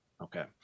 Okay